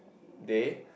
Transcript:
they